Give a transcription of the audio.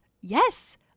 Yes